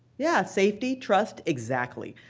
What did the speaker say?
yeah. safety, trust, exactly.